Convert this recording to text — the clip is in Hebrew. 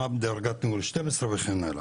מה בדרגת ניהול 12 וכן הלאה.